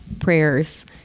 prayers